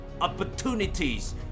opportunities